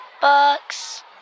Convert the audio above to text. books